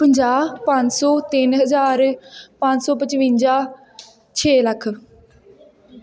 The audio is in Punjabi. ਪੰਜਾਹ ਪੰਜ ਸੌ ਤਿੰਨ ਹਜ਼ਾਰ ਪੰਜ ਸੌ ਪਚਵੰਜਾ ਛੇ ਲੱਖ